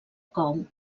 cou